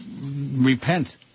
repent